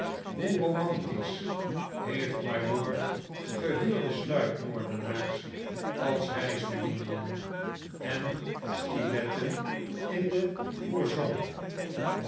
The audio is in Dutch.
hoe romantisch heeft mylord gehuurde sluipmoordenaars als reisbedienden en stiletten in de